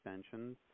extensions